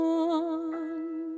one